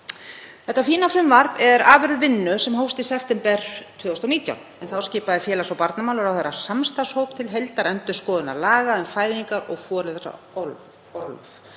Þetta fína frumvarp er afurð vinnu sem hófst í september 2019 en þá skipaði félags- og barnamálaráðherra samstarfshóp til heildarendurskoðunar laga um fæðingar- og foreldraorlof.